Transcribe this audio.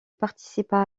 participa